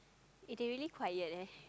if they really quite leh